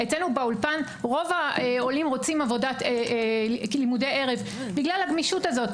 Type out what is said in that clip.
אצלנו באולפן רוב העולים רוצים לימודי ערב בגלל הגמישות הזו.